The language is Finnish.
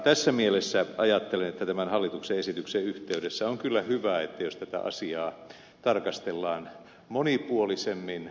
tässä mielessä ajattelen että tämän hallituksen esityksen yhteydessä on kyllä hyvä jos tätä asiaa tarkastellaan monipuolisemmin